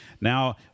Now